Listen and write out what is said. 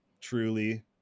truly